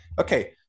Okay